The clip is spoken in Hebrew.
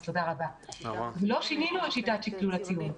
אנחנו לא שינינו את שיטת שקלול הציון,